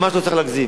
ממש לא צריך להגזים.